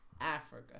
Africa